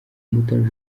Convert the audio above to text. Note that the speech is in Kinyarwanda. umutoni